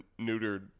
neutered